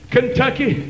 Kentucky